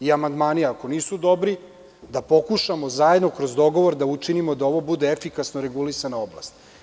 Ako amandmani nisu dobri, da pokušamo zajedno kroz dogovor da učinimo da ovo bude efikasno regulisana oblast.